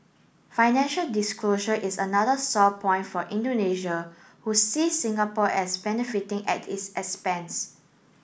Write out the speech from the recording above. financial disclosure is another sore point for Indonesia who sees Singapore as benefiting at its expense